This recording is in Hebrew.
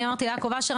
אני אמרתי ליעקב אשר,